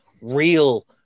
real